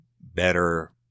better